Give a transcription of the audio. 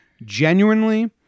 genuinely